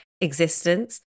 existence